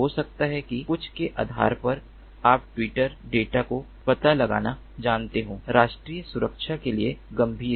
हो सकता है कि कुछ के आधार पर आप ट्विटर डेटा को पता लगाना जानते हों राष्ट्रीय सुरक्षा के लिए गंभीर है